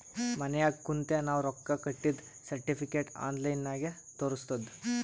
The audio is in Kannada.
ಮನ್ಯಾಗ ಕುಂತೆ ನಾವ್ ರೊಕ್ಕಾ ಕಟ್ಟಿದ್ದ ಸರ್ಟಿಫಿಕೇಟ್ ಆನ್ಲೈನ್ ನಾಗೆ ತೋರಸ್ತುದ್